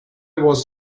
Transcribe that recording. was